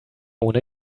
ohne